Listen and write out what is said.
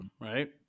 right